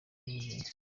n’ubuzima